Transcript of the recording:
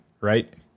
right